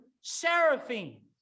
seraphim